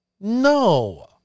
no